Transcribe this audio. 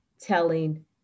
telling